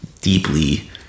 deeply